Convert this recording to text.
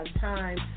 time